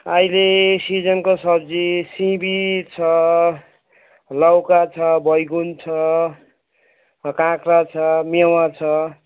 अहिले सिजनको सब्जी सिमी छ लौका छ बैगुन छ काँक्रा छ मेवा छ